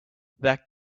that